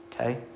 Okay